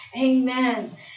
Amen